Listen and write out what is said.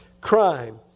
Crime